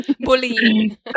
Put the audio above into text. bullying